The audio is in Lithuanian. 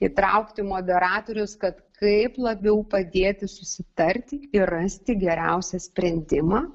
įtraukti moderatorius kad kaip labiau padėti susitarti ir rasti geriausią sprendimą